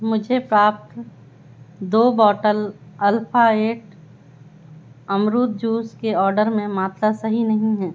मुझे प्राप्त दो बॉटल अल्फ़ा ऐट अमरूद जूस के आर्डर में मात्रा सही नहीं है